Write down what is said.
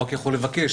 הוא רק יכול לבקש.